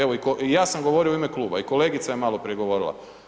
Evo i ja sam govorio u ime kluba i kolegica je maloprije govorila.